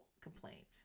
complaint